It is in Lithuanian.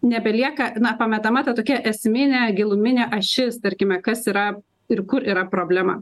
nebelieka na pametama ta tokia esminė giluminė ašis tarkime kas yra ir kur yra problema